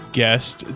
guest